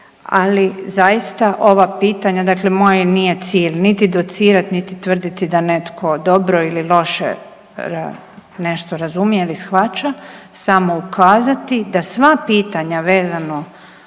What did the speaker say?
Ali zaista ova pitanja dakle moj nije cilj niti docirati, niti tvrditi da netko dobro ili loše nešto razumije ili shvaća, samo ukazati da sva pitanja vezano